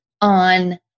on